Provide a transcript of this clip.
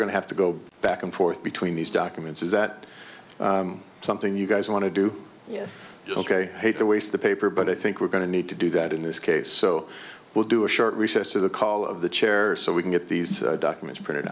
going to have to go back and forth between these documents is that something you guys want to do yes ok hate to waste the paper but i think we're going to need to do that in this case so we'll do a short recess of the call of the chair so we can get these documents printed